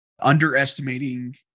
underestimating